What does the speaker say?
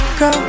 go